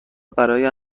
برای